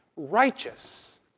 righteous